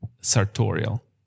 sartorial